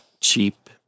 cheap